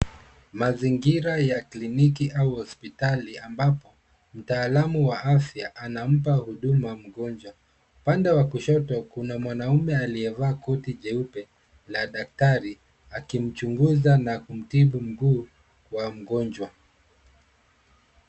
Mazingira ya kliniki au hospitali ambapo, mtaalamu wa afya anampa huduma mgonjwa. Upande wa kushoto, kuna mwanaume aliyevaa koti jeupe la daktari akimchunguza na kutibu mguu wa mgonjwa.